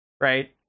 right